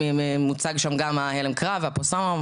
מוצג שם גם הלם קרב ופוסט טראומה,